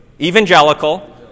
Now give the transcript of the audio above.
Evangelical